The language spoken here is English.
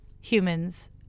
humans